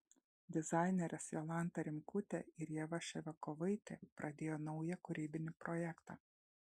dizainerės jolanta rimkutė ir ieva ševiakovaitė pradėjo naują kūrybinį projektą